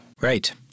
Right